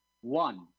one